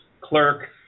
clerk